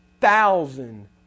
thousand